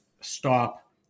stop